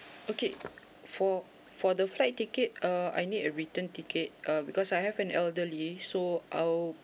okay for for the flight ticket err I need a return ticket uh because I have an elderly so I'll